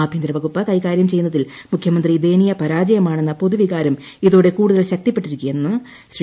ആഭ്യന്തര വകുപ്പ് കൈകാര്യം ചെയ്യുന്നതിൽ മുഖ്യമന്ത്രി ദയനീയ പരാജയമാണെന്ന പൊതുവികാരം ഇതോടെ കൂടുതൽ ശക്തിപ്പെട്ടിരിക്കണെന്ന് ശ്രീ